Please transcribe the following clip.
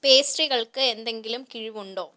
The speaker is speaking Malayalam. പേസ്ട്രികൾക്ക് എന്തെങ്കിലും കിഴിവുണ്ടോ